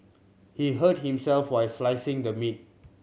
he hurt himself while slicing the meat